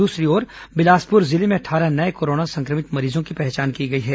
दूसरी ओर बिलांसपुर जिले में अट्ठारह नये कोरोना संक्रमित मरीजों की पहचान की गई है